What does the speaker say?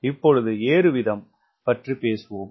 இப்பொழுது ஏறு வீதம் பற்றி பேசுவோம்